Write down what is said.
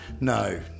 No